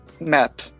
map